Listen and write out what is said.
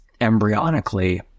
embryonically